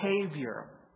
behavior